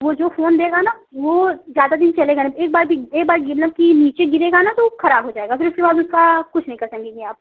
वो जो फ़ोन देगा ना वो ज़्यादा दिन चलेगा नहीं एक बार भी एक बार मतलब कि नीचे गिरेगा ना तो खराब हो जाएगा फिर उसके बाद उसका कुछ नहीं कर सकेंगी आप